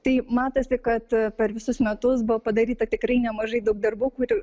tai matosi kad per visus metus buvo padaryta tikrai nemažai daug darbų kurių